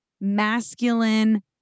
masculine